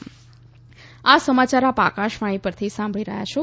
corona appeal આ સમાચાર આપ આકાશવાણી પરથી સાંભળી રહ્યા છો